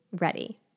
ready